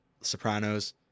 Sopranos